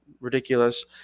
ridiculous